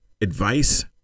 advice